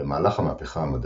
במהלך המהפכה המדעית,